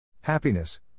Happiness